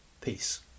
peace